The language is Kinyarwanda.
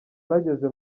nageze